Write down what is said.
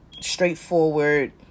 straightforward